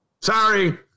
Sorry